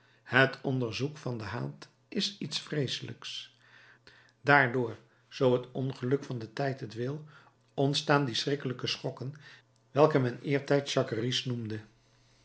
het onderzoek van den haat is iets vreeselijks daardoor zoo het ongeluk van den tijd het wil ontstaan die schrikkelijke schokken welke men eertijds jacqueries noemde